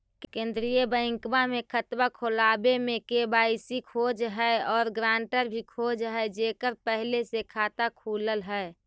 केंद्रीय बैंकवा मे खतवा खोलावे मे के.वाई.सी खोज है और ग्रांटर भी खोज है जेकर पहले से खाता खुलल है?